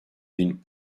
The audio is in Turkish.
bin